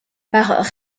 par